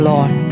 Lord